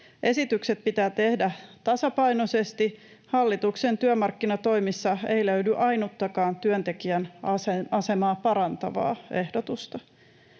Esitykset pitää tehdä tasapainoisesti. Hallituksen työmarkkinatoimissa ei löydy ainuttakaan työntekijän asemaa parantavaa ehdotusta.